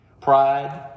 pride